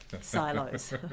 silos